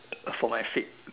for my fit